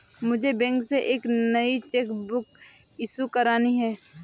मुझे बैंक से एक नई चेक बुक इशू करानी है